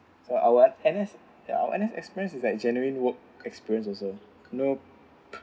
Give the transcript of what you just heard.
for our N_S our N_S experience is like generally work experience also no